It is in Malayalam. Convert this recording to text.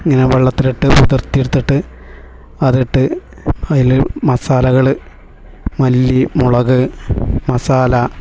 ഇങ്ങനെ വെള്ളത്തിലിട്ട് കുതിർത്തിയെടുത്തിട്ട് അതിട്ട് അതിൽ മസാലകൾ മല്ലി മുളക് മസാല